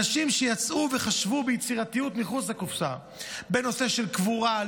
אנשים שיצאו וחשבו ביצירתיות מחוץ לקופסה בנושא של קבורה,